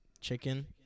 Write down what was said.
chicken